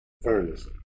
furnace